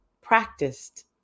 practiced